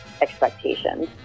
expectations